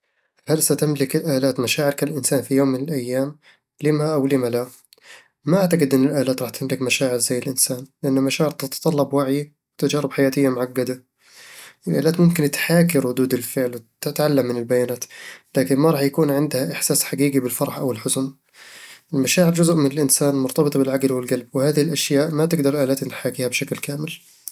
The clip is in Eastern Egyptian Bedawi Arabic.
هل ستملك الآلات مشاعر كالإنسان في يوم من الأيام؟ لِمَ أو لِمَ لا؟ ما أعتقد أن الآلات رح تملك مشاعر زي الإنسان، لأن المشاعر تتطلب وعي وتجارب حياتية معقدة الآلات ممكن تحاكي ردود الفعل وتتعلم من البيانات، لكن ما رح يكون عندها إحساس حقيقي بالفرح أو الحزن المشاعر جزء من الإنسان، مرتبطة بالعقل والقلب، وهذه الأشياء ما تقدر الآلات أن تحاكيها بشكل كامل